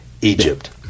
Egypt